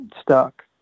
stuck